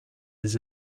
his